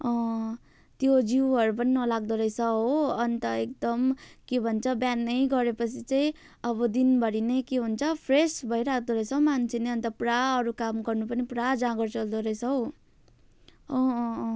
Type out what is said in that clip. अँ त्यो जिउहरू पनि नलाग्दो रहेछ हो अनि त एकदम के भन्छ बिहानै गरेपछि चाहिँ अब दिनभरि नै के हुन्छ फ्रेस भइराख्दो रहेछ हौ मान्छे नि अनि त पुरा अरू काम गर्न पनि पुरा जाँगर चल्दो रहेछ हौ अँ अँ अँ